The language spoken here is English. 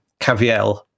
Caviel